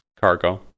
Cargo